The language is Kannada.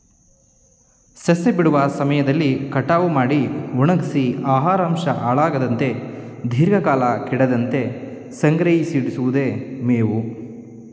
ಸಸ್ಯ ಬಿಡುವ ಸಮಯದಲ್ಲಿ ಕಟಾವು ಮಾಡಿ ಒಣಗ್ಸಿ ಆಹಾರಾಂಶ ಹಾಳಾಗದಂತೆ ದೀರ್ಘಕಾಲ ಕೆಡದಂತೆ ಸಂಗ್ರಹಿಸಿಡಿವುದೆ ಮೇವು